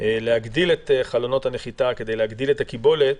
להגדיל את חלונות הנחיתה כדי להגדיל את הקיבולת,